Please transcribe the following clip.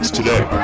today